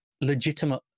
legitimate